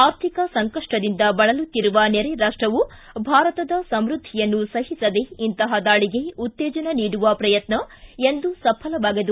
ಆರ್ಥಿಕ ಸಂಕಪ್ಪದಿಂದ ಬಳಲುತ್ತಿರುವ ನೆರೆ ರಾಷ್ಟವು ಭಾರತದ ಸಮೃದ್ಧಿಯನ್ನು ಸಹಿಸದೇ ಇಂತಹ ದಾಳಿಗೆ ಉತ್ತೇಜನ ನೀಡುವ ಪ್ರಯತ್ನ ಎಂದೂ ಸಫಲವಾಗದು